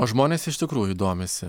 o žmonės iš tikrųjų domisi